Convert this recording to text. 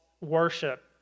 worship